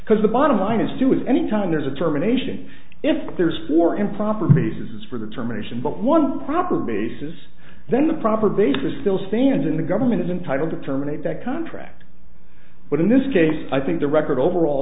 because the bottom line is to any time there's a terminations if there is for improper pieces for the terminations but one proper basis then the proper basis still stands in the government is entitled to terminate that contract but in this case i think the record overall